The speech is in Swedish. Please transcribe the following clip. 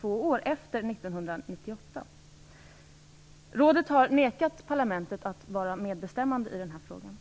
två år efter 1998. Rådet har nekat parlamentet att vara medbestämmande i den här frågan.